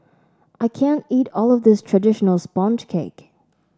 I can't eat all of this traditional sponge cake